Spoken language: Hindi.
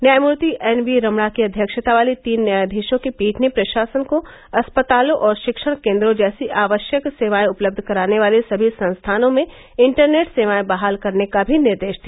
न्यायमर्ति एनवी रमणा की अध्यक्षता वाली तीन न्यायाधीशों की पीठ ने प्रशासन को अस्पतालों और शिक्षण केन्द्रों जैसी आवश्यक सेवाए उपलब्ध कराने वाले सभी संस्थानों में इंटरनेट सेवाएं बहाल करने का भी निर्देश दिया